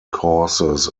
courses